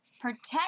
Protect